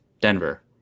Denver